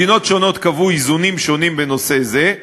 מדינות שונות קבעו איזונים שונים בנושא זה.